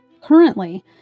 Currently